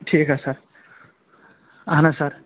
ٹھیٖک حظ سَر اہَن حظ سَر